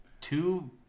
two